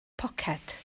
poced